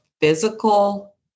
physical